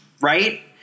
Right